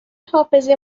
حافظه